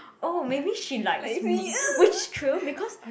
oh maybe she likes me which true because